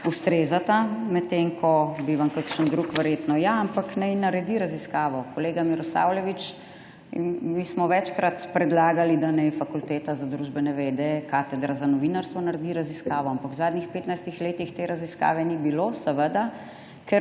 ustrezata, medtem ko bi vam kakšen drug verjetno ja. Ampak naj naredi raziskavo kolega Milosavljević, mi smo večkrat predlagali, da naj Fakulteta za družbene vede, Katedra za novinarstvo naredi raziskavo. Ampak v zadnjih 15 letih te raziskave ni bilo. Seveda,